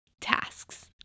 tasks